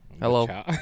Hello